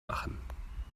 machen